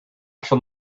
shall